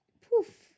poof